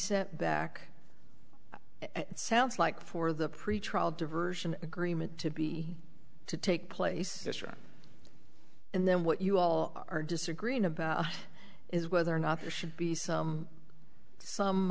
sent back it sounds like for the pretrial diversion agreement to be to take place and then what you all are disagreeing about is whether or not there should be some